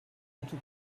tout